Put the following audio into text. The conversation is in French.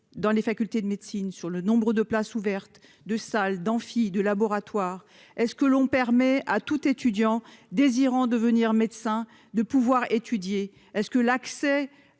dans les facultés de médecine sur le nombre de places ouvertes de salle d'amphi de laboratoire est ce que l'on permet à tout étudiants désirant devenir médecin de pouvoir étudier. Est-ce que l'accès